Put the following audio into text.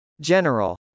General